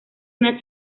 una